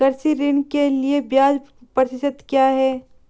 कृषि ऋण के लिए ब्याज प्रतिशत क्या है?